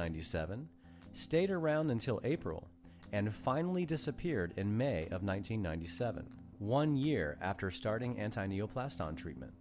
ninety seven stayed around until april and finally disappeared in may of one thousand nine hundred seventy one year after starting antonio plast on treatment